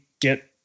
get